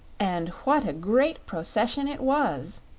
and what a great procession it was!